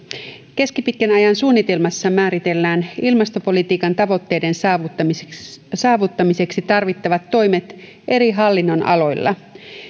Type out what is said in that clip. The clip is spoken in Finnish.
keskipitkän ajan suunnitelmassa määritellään ilmastopolitiikan tavoitteiden saavuttamiseksi saavuttamiseksi tarvittavat toimet eri hallinnonaloilla